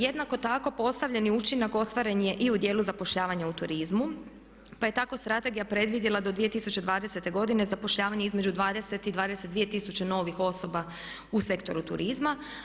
Jednako tako postignuti učinak ostvaren je i u dijelu zapošljavanja u turizmu pa je tako strategija predvidjela do 2020. godine zapošljavanje između 20 i 22 tisuće novih osoba u sektoru turizma.